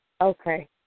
Okay